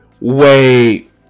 Wait